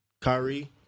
Kyrie